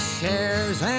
shares